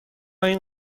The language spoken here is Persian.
این